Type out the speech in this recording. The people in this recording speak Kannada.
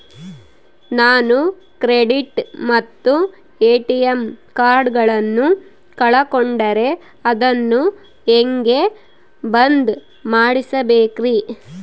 ನಾನು ಕ್ರೆಡಿಟ್ ಮತ್ತ ಎ.ಟಿ.ಎಂ ಕಾರ್ಡಗಳನ್ನು ಕಳಕೊಂಡರೆ ಅದನ್ನು ಹೆಂಗೆ ಬಂದ್ ಮಾಡಿಸಬೇಕ್ರಿ?